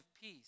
peace